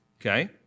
Okay